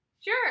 Sure